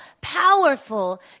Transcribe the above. powerful